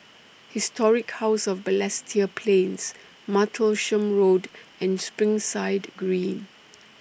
Historic House of Balestier Plains Martlesham Road and Springside Green